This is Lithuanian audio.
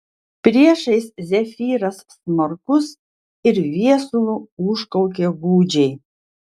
priešais zefyras smarkus ir viesulu užkaukė gūdžiai